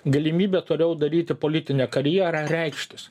galimybę toliau daryti politinę karjerą reikštis